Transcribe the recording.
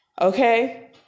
okay